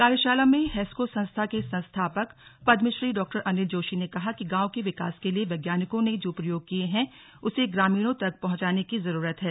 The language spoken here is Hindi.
कार्यशाला में हैस्को संस्था के संस्थापक पदमश्री डॉ अनिल जोशी ने कहा कि गांव के विकास के लिए वैज्ञानिकों ने जो प्रयोग किये हैं उसे ग्रामीणों तक पहुंचाने की जरूरत है